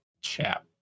chap